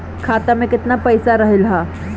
खाता में केतना पइसा रहल ह?